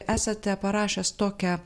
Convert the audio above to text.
esate parašęs tokią